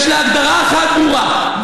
יש לה הגדרה אחת ברורה,